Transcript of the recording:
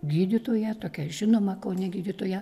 gydytoją tokią žinomą kaune gydytoją